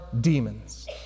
demons